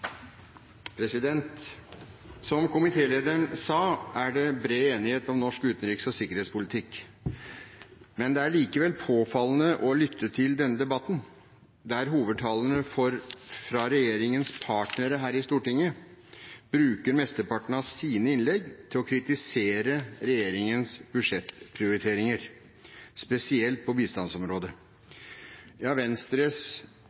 bred enighet om norsk utenriks- og sikkerhetspolitikk, men det er likevel påfallende å lytte til denne debatten, der hovedtalerne fra regjeringens partnere her i Stortinget bruker mesteparten av sine innlegg til å kritisere regjeringens budsjettprioriteringer, spesielt på bistandsområdet. Venstres